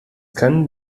können